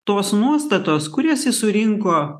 tos nuostatos kurias jis surinko